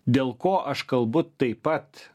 dėl ko aš kalbu taip pat